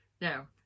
Now